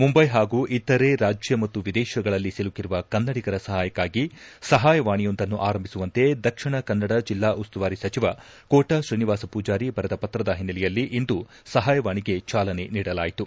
ಮುಂಬೈ ಪಾಗೂ ಇತರೆ ರಾಜ್ಯ ಮತ್ತು ವಿದೇಶಗಳಲ್ಲಿ ಸಿಲುಕಿರುವ ಕನ್ನಡಿಗರ ಸಪಾಯಕ್ಕಾಗಿ ಸಪಾಯ ವಾಣಿಯೊಂದನ್ನು ಆರಂಭಿಸುವಂತೆ ದಕ್ಷಿಣ ಕನ್ನಡ ಜಿಲ್ಲಾ ಉಸ್ತುವಾರಿ ಸಚಿವ ಕೋಟಾ ಶ್ರೀನಿವಾಸ ಮೂಜಾರಿ ಬರೆದ ಪತ್ರದ ಓನೈಲೆಯಲ್ಲಿ ಇಂದು ಸಹಾಯವಾಣಿಗೆ ಚಾಲನೆ ನೀಡಲಾಯಿತು